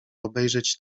obejrzeć